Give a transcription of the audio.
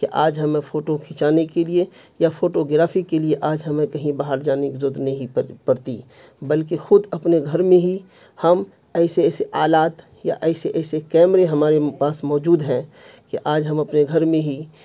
کہ آج ہمیں فوٹو کھچانے کے لیے یا فوٹوگرافی کے لیے آج ہمیں کہیں باہر جانے کی ضرورت نہیں پڑتی بلکہ خود اپنے گھر میں ہی ہم ایسے ایسے آلات یا ایسے ایسے کیمرے ہمارے پاس موجود ہیں کہ آج ہم اپنے گھر میں ہی